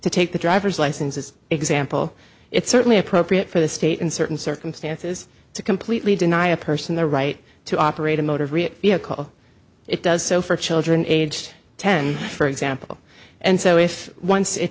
to take the driver's licenses example it's certainly appropriate for the state in certain circumstances to completely deny a person the right to operate a motor vehicle it does so for children aged ten for example and so if once it